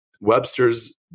Webster's